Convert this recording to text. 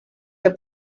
que